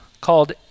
called